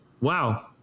Wow